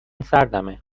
سردمه